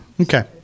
Okay